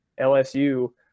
LSU